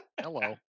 hello